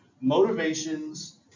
motivations